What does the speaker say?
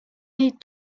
need